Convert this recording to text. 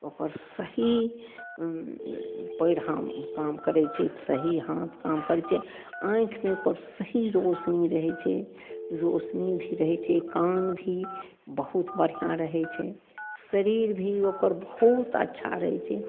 ओकर सही पयर हाथ काम करय छै सही हाथ काम करय छै आँखिमे ओकर सही रौशनी रहय छै रौशनी भी रहय छै कान भी बहुत बढ़िआँ रहय छै शरीर भी ओकर बहुत अच्छा रहय छै